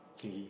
three g